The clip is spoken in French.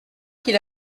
qu’il